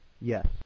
Yes